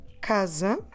CASA